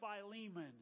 Philemon